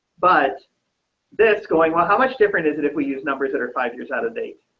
but this going, well, how much different is that if we use numbers that are five years out of date.